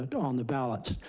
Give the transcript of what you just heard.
and on the ballots.